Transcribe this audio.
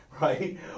right